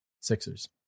Sixers